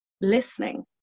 listening